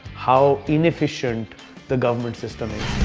how inefficient the government system is.